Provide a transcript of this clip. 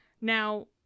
Now